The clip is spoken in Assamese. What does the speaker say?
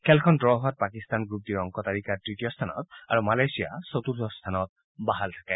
খেলখন ডু' হোৱাত পাকিস্তান গ্ৰুপ ডিৰ অংক তালিকাৰ তৃতীয় স্থানত আৰু মালয়েছিয়া চতুৰ্থ স্থানত বাহাল থাকে